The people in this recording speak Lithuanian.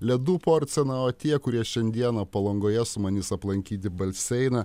ledų porciją na o tie kurie šiandieną palangoje sumanys aplankyti balseiną